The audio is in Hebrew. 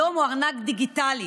היום הוא ארנק דיגיטלי.